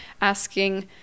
asking